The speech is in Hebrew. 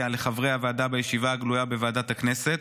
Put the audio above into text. לחברי הוועדה בישיבה הגלויה בוועדת הכנסת,